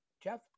Jeff